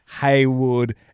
Haywood